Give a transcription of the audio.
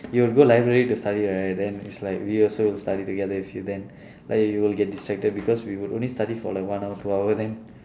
you will go library to study right then it's like we also study together with you then like we will get distracted because we would only study for like one hour two hour then